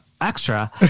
extra